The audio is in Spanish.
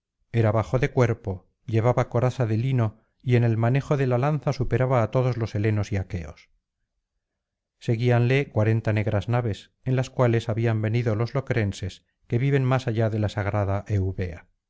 era bajo de cuerpo llevaba coraza de lino y en el manejo de la lanza superaba á todos los helenos y aqueos seguíanle cuarenta negras naves en las cuales habían venido los locrenses que viven más allá de la sagrada eubea